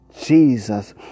Jesus